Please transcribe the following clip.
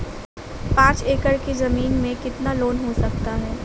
पाँच एकड़ की ज़मीन में कितना लोन हो सकता है?